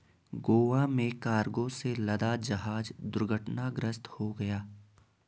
गोवा में कार्गो से लदा जहाज दुर्घटनाग्रस्त हो गया